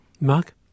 Mark